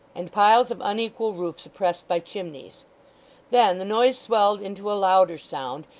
and piles of unequal roofs oppressed by chimneys then, the noise swelled into a louder sound,